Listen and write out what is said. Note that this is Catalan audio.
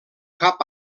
cap